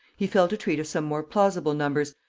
he fell to treat of some more plausible numbers,